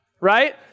right